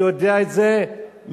אני יודע את זה מתוך